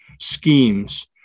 schemes